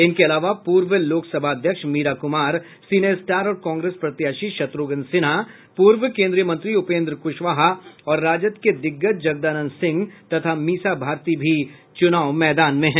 इनके अलावा पूर्व लोकसभा अध्यक्ष मीरा कुमार सिने स्टार और कांग्रेस प्रत्याशी शत्र्घ्न सिन्हा पूर्व केंद्रीय मंत्री उपेंद्र कुशवाहा और राजद के दिग्गज जगदानंद सिंह तथा मीसा भारती भी चुनाव मैदान में है